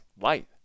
light